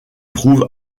trouve